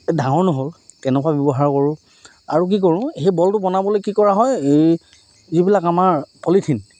এই ডাঙৰ নহ'ল তেনেকুৱা ব্যৱহাৰ কৰোঁ আৰু কি কৰোঁ সেই বলটো বনাবলৈ কি কৰা হয় এই যিবিলাক আমাৰ পলিথিন